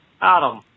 Adam